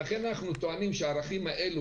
תן לי עוד חצי דקה להשלים אני רוצה לדבר